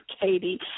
Katie